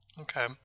Okay